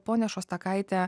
ponia šostakaite